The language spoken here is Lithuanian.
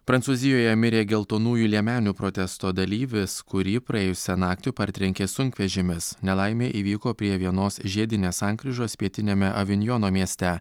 prancūzijoje mirė geltonųjų liemenių protesto dalyvis kurį praėjusią naktį partrenkė sunkvežimis nelaimė įvyko prie vienos žiedinės sankryžos pietiniame avinjono mieste